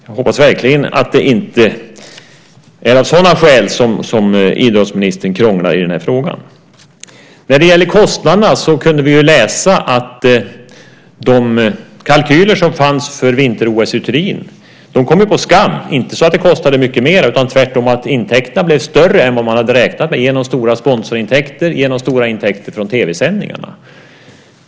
Jag hoppas verkligen att det inte är av sådana skäl som idrottsministern krånglar i den här frågan. När det gäller kostnaderna kunde vi läsa att de kalkyler som fanns för vinter-OS i Turin kom på skam. Det var inte så att det kostade mycket mer, utan det var tvärtom så att intäkterna blev större än vad man hade räknat med genom stora sponsorintäkter och genom stora intäkter från tv-sändningarna.